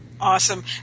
Awesome